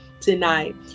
tonight